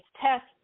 tests